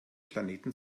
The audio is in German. planeten